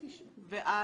ואת,